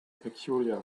peculiar